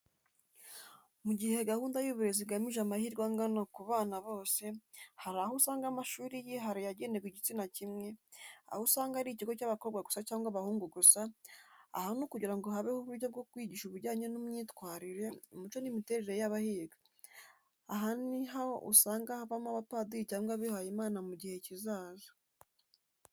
Mu gihe gahunda y’uburezi igamije amahirwe angana ku bana bose, hari aho usanga amashuri yihariye agenerwa igitsina kimwe, aho usanga ari ikigo cy’abakobwa gusa cyangwa abahungu gusa aha ni ukugira ngo habeho uburyo bwo kwigisha bujyanye n’imyitwarire, umuco n’imiterere y’abahiga. Aha ni na ho usanga havamo abapadiri cyangwa abihaye Imana mu gihe kizaza.